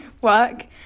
work